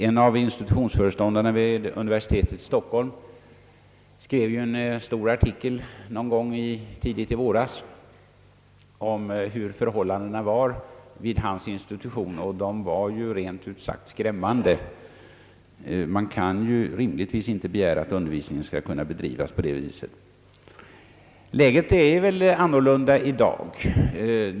En av institutionsföreståndarna vid universitetet i Stockholm skrev tidigt i våras en stor artikel om förhållandena vid hans institution. De var rent ut sagt skrämmande — man kan inte rimligtvis begära att en undervisning skall kunna bedrivas på det sättet. Läget är väl annorlunda i dag.